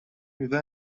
میوه